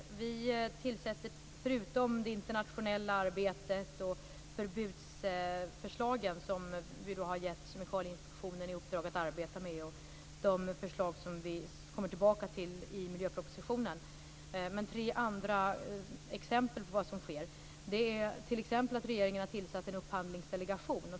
Sedan vill jag - förutom det internationella arbetet, de förbudsförslag som vi har gett Kemikalieinspektionen i uppdrag att arbeta med och de förslag som vi kommer tillbaka till i miljöpropositionen - ta upp tre andra exempel på vad som sker. Regeringen har t.ex. tillsatt en upphandlingsdelegation.